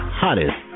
hottest